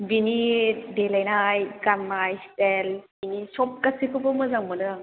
बेनि देलायनाय गाननाय सिटाइल बेनि सब गासैखौबो मोजां मोनो आं